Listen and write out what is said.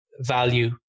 value